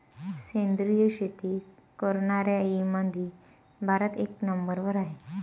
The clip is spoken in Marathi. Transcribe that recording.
सेंद्रिय शेती करनाऱ्याईमंधी भारत एक नंबरवर हाय